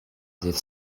ddydd